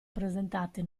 presentate